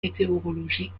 météorologiques